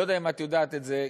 אני לא יודע אם את יודעת את זה,